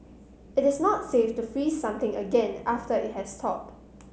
it is not safe to freeze something again after it has thawed